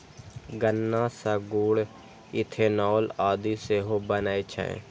गन्ना सं गुड़, इथेनॉल आदि सेहो बनै छै